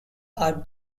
are